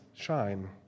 shine